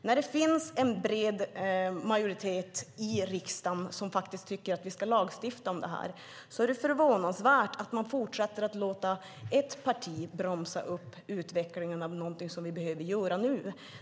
När det finns en bred majoritet i riksdagen som tycker att vi ska lagstifta om detta är det förvånansvärt att man fortsätter att låta ett parti bromsa upp utvecklingen av något som vi behöver göra nu.